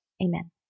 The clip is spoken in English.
Amen